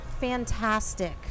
fantastic